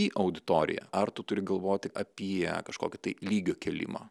į auditoriją ar tu turi galvoti apie kažkokį tai lygio kėlimą